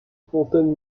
fontaine